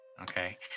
Okay